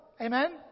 Amen